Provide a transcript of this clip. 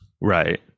Right